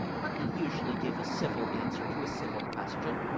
but they usually give a civil answer to a civil question,